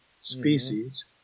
species